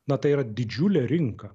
na tai yra didžiulė rinka